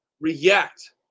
react